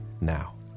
now